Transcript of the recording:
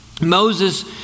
Moses